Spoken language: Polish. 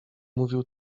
mówił